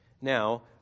Now